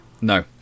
No